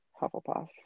Hufflepuff